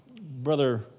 Brother